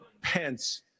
Pence